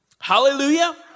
Hallelujah